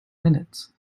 minutes